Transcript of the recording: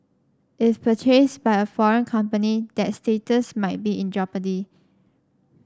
if purchased by a foreign company that status might be in jeopardy